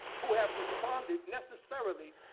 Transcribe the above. who have responded necessarily,